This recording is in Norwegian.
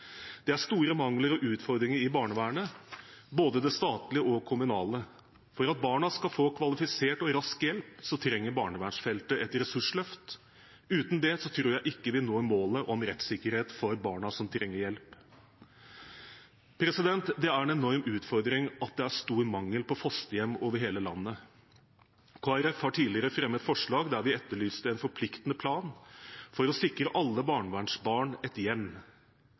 både det statlige og det kommunale. For at barna skal få kvalifisert og rask hjelp, trenger barnevernsfeltet et ressursløft. Uten det tror jeg ikke vi når målet om rettssikkerhet for barna som trenger hjelp. Det er en enorm utfordring at det er stor mangel på fosterhjem over hele landet. Kristelig Folkeparti har tidligere fremmet forslag der vi etterlyste en forpliktende plan for å sikre alle barnevernsbarn et hjem,